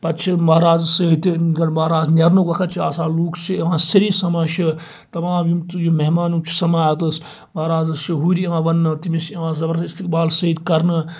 پَتہٕ چھِ مہراز سۭتۍ تہِ مَہراز نیرنُک وَقت چھِ آسان لُکھ چھِ یِوان سٲری سَمان چھِ تَمام یم تہِ یِم مِہمان چھِ سَمان اَتھس مَہرازَس چھُ ہُرۍ یِوان وَننہٕ تٔمِس چھُ یِوان زبَردَست اِستِقبال سۭتۍ کَرنہٕ